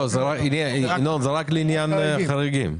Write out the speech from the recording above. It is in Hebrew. לא, ינון, זה רק לעניין החריגים.